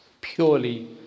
purely